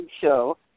show